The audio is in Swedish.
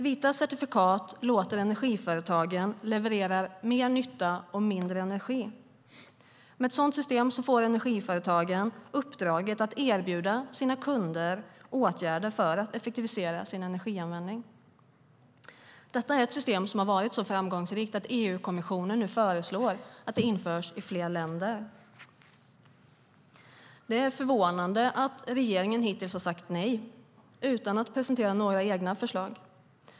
Vita certifikat låter energiföretagen leverera mer nytta och mindre energi. Med ett sådant system får energiföretagen uppdraget att erbjuda sina kunder åtgärder för att effektivisera sin energianvändning. Detta är ett system som har varit så framgångsrikt att EU-kommissionen nu föreslår att det införs i fler länder. Det är förvånande att regeringen hittills har sagt nej utan att presentera några egna förslag.